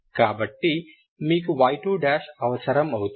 కాబట్టి మీకు y2 అవసరం అవుతుంది